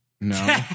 No